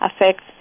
affects